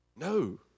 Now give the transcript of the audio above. No